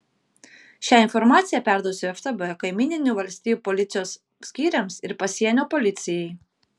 šią informaciją perduosiu ftb kaimyninių valstijų policijos skyriams ir pasienio policijai